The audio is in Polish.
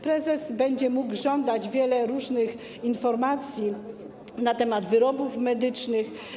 Prezes będzie mógł żądać wielu różnych informacji na temat wyrobów medycznych.